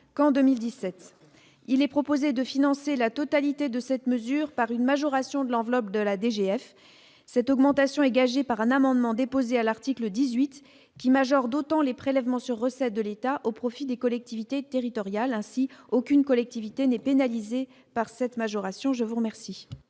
qu'en 2017, il est proposé de financer la totalité de cette mesure par une majoration de l'enveloppe de la DGF, cette augmentation est gagée par un amendement, déposé à l'article 18 qui majore dotant les prélèvements sur recettes de l'État au profit des collectivités territoriales ainsi aucune collectivité n'est pénalisé par cette majoration, je vous remercie.